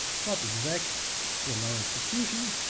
prot exec to allow execution,